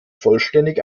vollständig